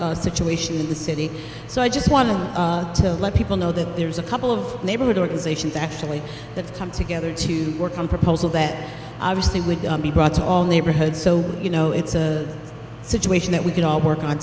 situation in the city so i just wanted to let people know that there's a couple of neighborhood organizations actually that come together to work on proposal that obviously would be brought to all neighborhoods so you know it's a situation that we can all work on